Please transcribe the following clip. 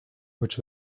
which